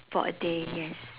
for a day yes